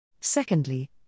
Secondly